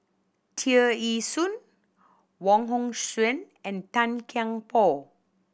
Tear Ee Soon Wong Hong Suen and Tan Kian Por